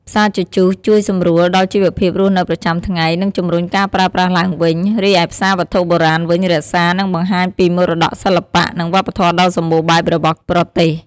ផ្សារជជុះជួយសម្រួលដល់ជីវភាពរស់នៅប្រចាំថ្ងៃ និងជំរុញការប្រើប្រាស់ឡើងវិញ រីឯផ្សារវត្ថុបុរាណវិញ រក្សា និងបង្ហាញពីមរតកសិល្បៈ និងវប្បធម៌ដ៏សម្បូរបែបរបស់ប្រទេស។